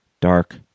Dark